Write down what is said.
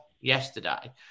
yesterday